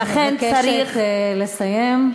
אני מבקשת לסיים.